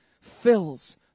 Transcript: fills